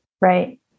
Right